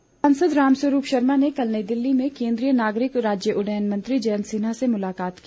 भुंतर हवाई उड़ान सांसद रामस्वरूप शर्मा ने कल नई दिल्ली में केंद्रीय नागरिक राज्य उड़यन मंत्री जयंत सिन्हा से मुलाकात की